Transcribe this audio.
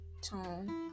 tone